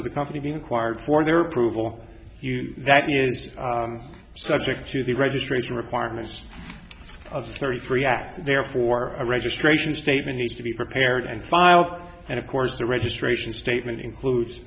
of the company being acquired for their approval that is subject to the registration requirements of thirty three act therefore a registration statement is to be prepared and file and of course the registration statement includes